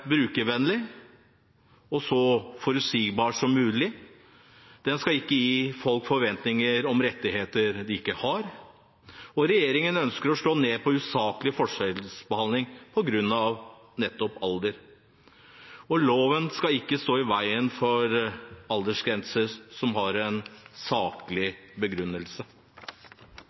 brukervennlig og så forutsigbar som mulig. Den skal ikke gi folk forventninger om rettigheter de ikke har. Regjeringen ønsker å slå ned på usaklig forskjellsbehandling på grunn av nettopp alder. Loven skal ikke stå i veien for aldersgrenser som har en saklig begrunnelse.